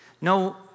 No